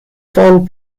foul